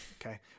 okay